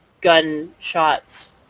gunshots